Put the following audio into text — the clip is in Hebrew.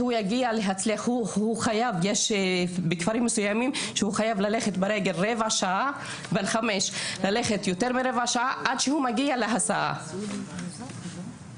יש כפרים מסוימים בהם הילד חייב ללכת רבע שעה כדי להגיע להסעה לגן,